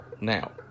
now